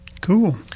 Cool